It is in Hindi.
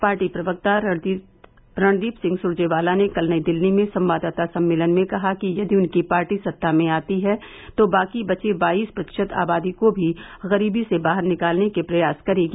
पार्टी प्रवक्ता रणदीप सिंह सुरजेवाला ने कल नई दिल्ली में संवाददाता सम्मेलन में कहा कि यदि उनकी पार्टी सत्ता में आती है तो बाकी बचे बाईस प्रतिशत आबादी को भी गरीबी से बाहर निकालने के प्रयास करेगी